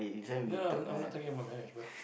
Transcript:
no I'm not talking about marriage but